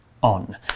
On